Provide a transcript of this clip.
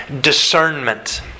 discernment